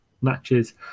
matches